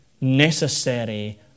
necessary